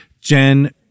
Jen